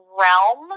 realm